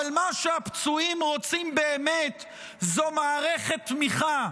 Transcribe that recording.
אבל מה שהפצועים רוצים באמת זו מערכת תמיכה.